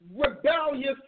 rebellious